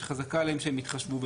שחזקה עליהם שהם התחשבו.